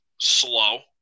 slow